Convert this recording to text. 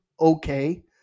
okay